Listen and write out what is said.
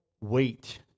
wait